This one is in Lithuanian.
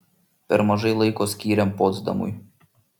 per mažai laiko skyrėm potsdamui